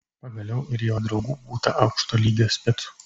pagaliau ir jo draugų būta aukšto lygio specų